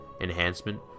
enhancement